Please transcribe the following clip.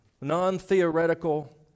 non-theoretical